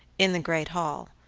in the great hall,